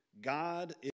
God